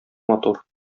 матур